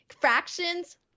Fractions